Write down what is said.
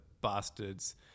bastards